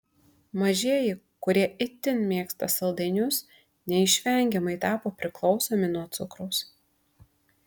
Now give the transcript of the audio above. mažieji kurie itin mėgsta saldainius neišvengiamai tapo priklausomi nuo cukraus